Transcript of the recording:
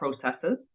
processes